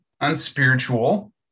unspiritual